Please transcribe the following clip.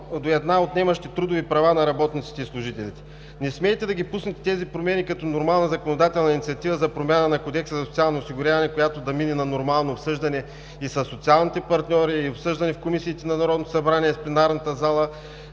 до една отнемащи трудови права на работниците и служителите! Не смеете да ги пуснете тези промени като нормална законодателна инициатива за промяна на Кодекса за социално осигуряване, която да мине на нормално обсъждане и със социалните партньори, и обсъждане в комисиите на Народното събрание, и в пленарната зала,